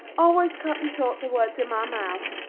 always cutting short the words in my mouth.